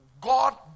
God